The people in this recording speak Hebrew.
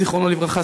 זיכרונו לברכה,